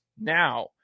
Now